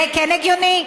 זה כן הגיוני?